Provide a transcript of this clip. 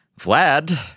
Vlad